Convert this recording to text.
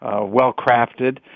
well-crafted